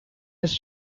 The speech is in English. his